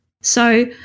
So-